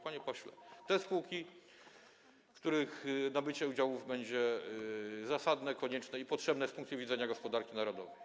Panie pośle, te spółki, w których nabycie udziałów będzie zasadne, konieczne i potrzebne z punktu widzenia gospodarki narodowej.